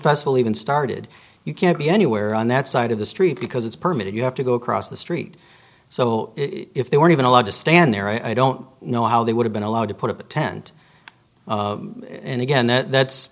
festival even started you can't be anywhere on that side of the street because it's permit you have to go across the street so if they weren't even allowed to stand there i don't know how they would have been allowed to put up a tent and again that